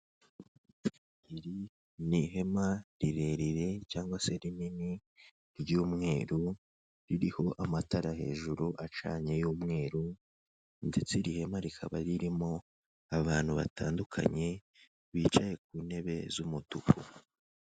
Iri ni ihema rirerire cyangwa se rinini ry'umweru ririho amatara hejuru acanye y'umweru ndetse iri hema rikaba ririmo abantu batandukanye bicaye ku ntebe z'umutuku.